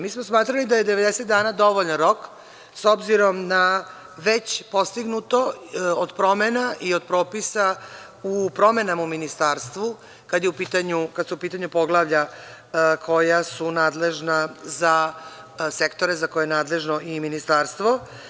Mi smo smatrali da je 90 dana dovoljan rok, s obzirom na već postignuto od promena i od propisa u promenama u ministarstvu kada su u pitanju poglavlja koja su nadležna za sektore za koje je nadležno i ministarstvo.